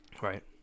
Right